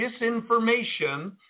disinformation